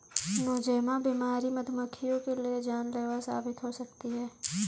Nosema बीमारी मधुमक्खियों के लिए जानलेवा साबित हो सकती है